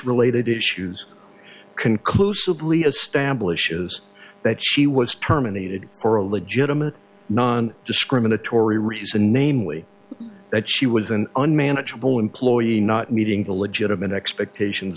related issues conclusively established was that she was terminated or a legitimate non discriminatory reason namely that she was an unmanageable employee not meeting the legitimate expectations